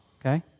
okay